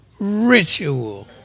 ritual